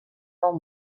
nou